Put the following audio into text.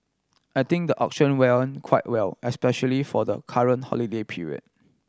I think the auction quite well especially for the current holiday period